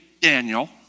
Daniel